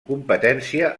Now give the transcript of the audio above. competència